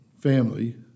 family